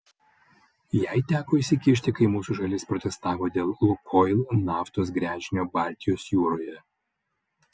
jai teko įsikišti kai mūsų šalis protestavo dėl lukoil naftos gręžinio baltijos jūroje